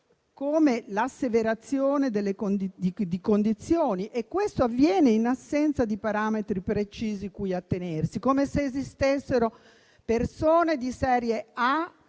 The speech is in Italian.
come l'asseverazione delle condizioni. Questo avviene in assenza di parametri precisi a cui attenersi, come se esistessero persone di serie A,